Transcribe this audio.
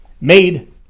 Made